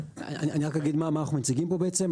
אני רק אגיד מה אנחנו מציגים פה בעצם.